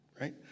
right